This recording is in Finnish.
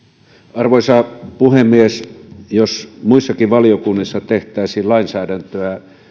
arvoisa puhemies kunpa muissakin valiokunnissa tehtäisiin lainsäädäntöä